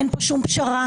אין פה שום פשרה,